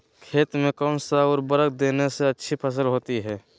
खेत में कौन सा उर्वरक देने से अच्छी फसल होती है?